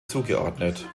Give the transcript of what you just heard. zugeordnet